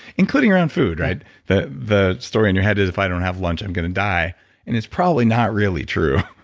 including your own food, right? the the story in your head is if i don't have lunch, i'm going to die and it's probably not really true.